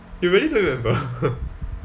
you really don't remember